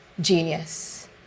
genius